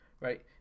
right